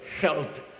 health